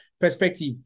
Perspective